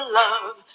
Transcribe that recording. love